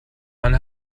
man